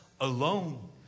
alone